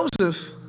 Joseph